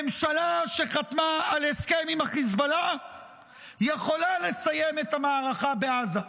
ממשלה שחתמה על הסכם עם חיזבאללה יכולה לסיים את המערכה בעזה.